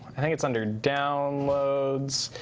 i think it's under downloads.